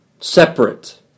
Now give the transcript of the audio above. separate